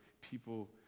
people